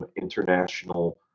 international